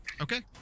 Okay